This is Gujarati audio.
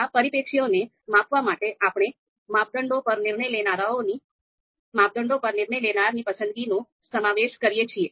આ પરિપ્રેક્ષ્યોને માપવા માટે આપણે માપદંડો પર નિર્ણય લેનારની પસંદગીનો સમાવેશ કરીએ છીએ